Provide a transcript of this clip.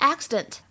Accident